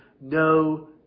no